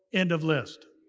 end of list.